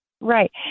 Right